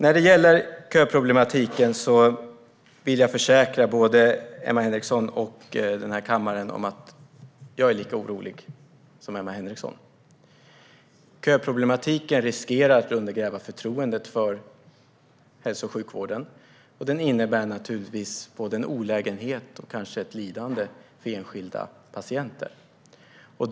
När det gäller köproblematiken vill jag försäkra både Emma Henriksson och kammaren att jag är lika orolig som Emma Henriksson. Köproblematiken riskerar att undergräva förtroendet för hälso och sjukvården. Och den innebär naturligtvis en olägenhet och kanske ett lidande för enskilda patienter.